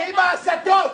חרפה, מה שאת עושה.